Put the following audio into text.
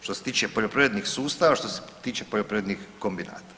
Što se tiče poljoprivrednih sustava, što se tiče poljoprivrednih kombinata.